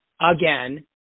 again